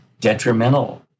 detrimental